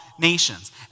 nations